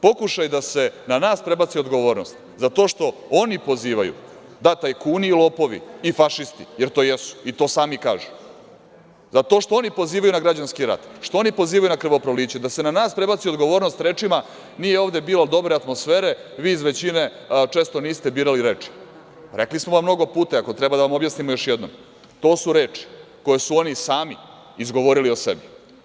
Pokušaj da se na nas prebaci odgovornost za to što oni pozivaju, da tajkuni i lopovi i fašisti, jer to i jesu, i što sami kažu, da to što oni pozivaju na građanski rat, što oni pozivaju na krvoproliće, da se na nas prebaci odgovornost rečima – nije ovde bilo dobre atmosfere, vi iz većine često niste birali reči, rekli smo vam mnogo puta, i ako treba da vam objasnimo još jednom, to su reči koje su oni sami izgovorili o sebi.